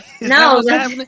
No